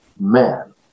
man